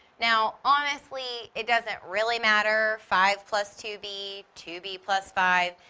now, honestly, it doesn't really matter, five plus two b, two b plus five,